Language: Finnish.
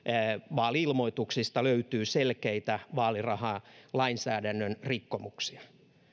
vaali ilmoituksista löytyi selkeitä vaalirahalainsäädännön rikkomuksia